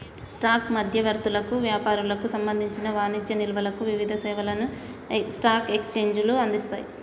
stock మధ్యవర్తులకు, వ్యాపారులకు సంబంధించిన వాణిజ్య నిల్వలకు వివిధ సేవలను స్టాక్ ఎక్స్చేంజ్లు అందిస్తయ్